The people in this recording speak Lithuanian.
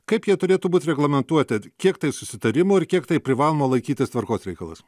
kaip jie turėtų būt reglamentuoti kiek tai susitarimų ir kiek tai privaloma laikytis tvarkos reikalas